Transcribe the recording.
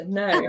no